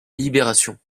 libération